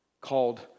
called